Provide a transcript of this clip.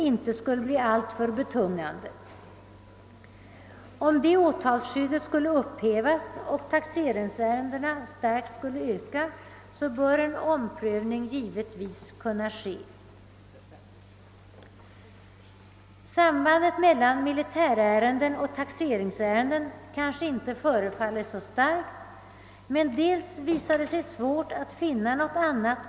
I första hand åsyftas att riksdagen skall göra ett principiellt ställningstagande till olika alternativ som föreligger i organisationsfrågorna.